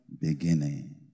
beginning